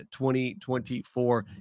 2024